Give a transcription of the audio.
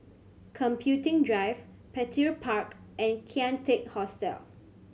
Computing Drive Petir Park and Kian Teck Hostel